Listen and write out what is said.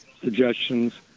suggestions